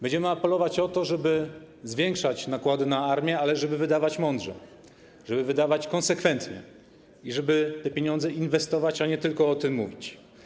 Będziemy apelować o to, żeby zwiększać nakłady na armię, ale żeby je wydawać mądrze, konsekwentnie i żeby te pieniądze inwestować, a nie tylko o tym mówić.